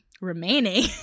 remaining